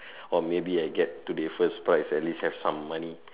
or maybe I get to the first prize at least have some money